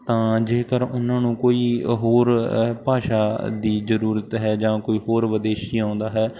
ਤਾਂ ਜੇਕਰ ਉਹਨਾਂ ਨੂੰ ਕੋਈ ਹੋਰ ਭਾਸ਼ਾ ਦੀ ਜ਼ਰੂਰਤ ਹੈ ਜਾਂ ਕੋਈ ਹੋਰ ਵਿਦੇਸ਼ੀ ਆਉਂਦਾ ਹੈ